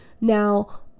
now